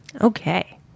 Okay